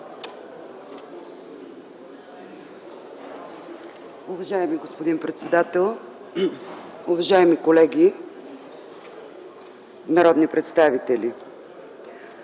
Уважаеми господин председател, уважаеми колеги народни представители,